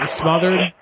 smothered